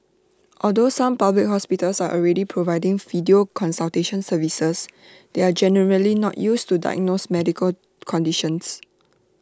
although some public hospitals are already providing video consultation services they are generally not used to diagnose medical conditions